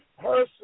person